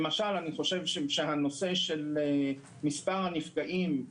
אני חושב שמספר הנפגעים,